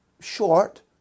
Short